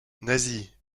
nasie